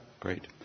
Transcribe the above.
Great